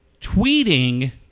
Tweeting